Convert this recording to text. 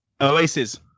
Oasis